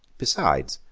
besides,